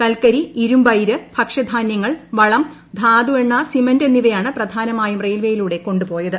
കൽക്കരി ഇരുമ്പയിര് ഭക്ഷ്യധാന്യങ്ങൾ വളം ധാതു എണ്ണ സിമന്റ് എന്നിവയാണ് പ്രധാനമായും റെയിൽവേയിലൂടെ കൊണ്ടുപോയത്